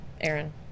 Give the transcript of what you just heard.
Aaron